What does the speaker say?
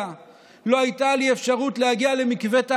לא הייתה לי אפשרות להגיע למקווה טהרה,